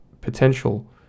potential